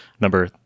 number